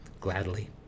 gladly